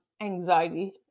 anxiety